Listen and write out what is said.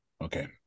Okay